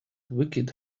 wicked